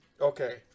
Okay